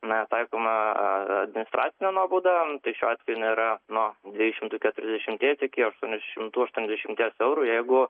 na taikoma administracinė nuobauda šiuo atveju jin yra nuo dviejų šimtų keturiasdešimties iki aštuonių šimtų aštuoniasdešimties eurų jeigu